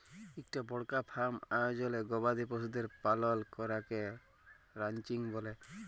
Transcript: ইকটা বড়কা ফার্ম আয়জলে গবাদি পশুদের পালল ক্যরাকে রানচিং ব্যলে